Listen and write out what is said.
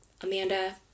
Amanda